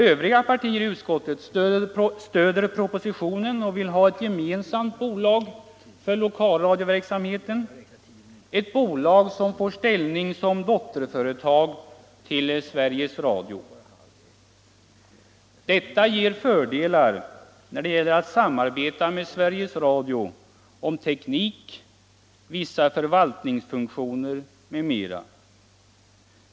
Övriga partier i utskottet stöder propositionen och vill ha ett gemensamt bolag för lokalradioverksamheten, ett bolag som får ställning som dotterföretag till Sveriges Radio. Detta ger fördelar när det gäller att samarbeta med Sveriges Radio om teknik, vissa förvaltningsfunktioner, m.m.